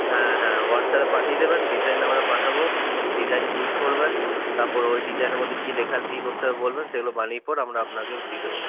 হ্যাঁ হ্যাঁ হোয়াটসঅ্যাপে পাঠিয়ে দেবেন ডিজাইন আমরা পাঠাবো ডিজাইন চুজ করবেন তারপরে ওই ডিজাইনের মধ্যে কি লেখা লিখি করতে হবে বলবেন সেগুলো বানিয়ে পর আমরা আপনাকে দিয়ে দেব